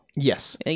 Yes